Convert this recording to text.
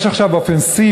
יש עכשיו אופנסיבה,